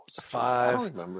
five